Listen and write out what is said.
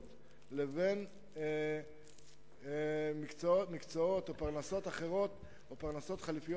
חקלאות לבין מקצועות או פרנסות חלופיות